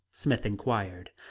smith inquired.